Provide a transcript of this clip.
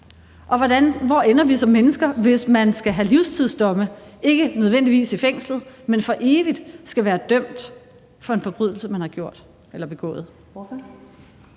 Og hvor ender vi som mennesker, hvis man skal have livstidsdomme, ikke nødvendigvis i fængslet, men for evigt skal være dømt for en forbrydelse, man har begået?